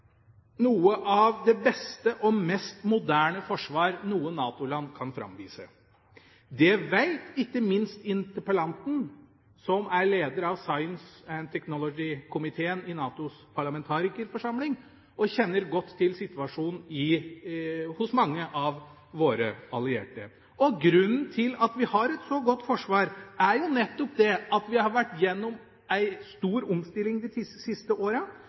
noe av det beste og mest moderne forsvar noe NATO-land kan framvise. Det veit ikke minst interpellanten, som er leder av «Science and Technology»-komiteen i NATOs parlamentarikerforsamling og kjenner godt til situasjonen hos mange av våre allierte. Grunnen til at vi har et så godt forsvar, er jo nettopp det at vi har vært gjennom en stor omstilling de ti siste åra,